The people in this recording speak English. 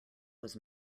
was